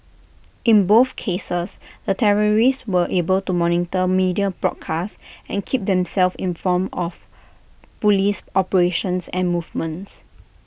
in both cases the terrorists were able to monitor media broadcasts and keep themselves informed of Police operations and movements